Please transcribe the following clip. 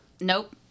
Nope